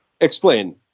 Explain